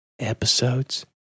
Episodes